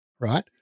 right